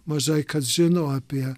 mažai kas žino apie